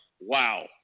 wow